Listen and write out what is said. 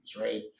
right